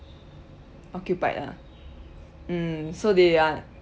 occupied ah mm so they are